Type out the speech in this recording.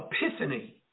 epiphany